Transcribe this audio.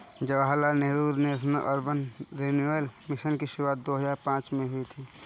Jawaharlal Nehru national urban renewal mission की शुरुआत दो हज़ार पांच में हुई थी